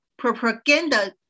propaganda